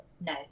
No